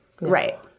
Right